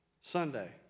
Sunday